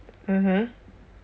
mmhmm